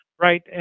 Right